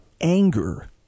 anger